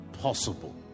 possible